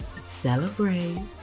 celebrate